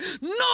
no